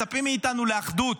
מצפים מאיתנו לאחדות.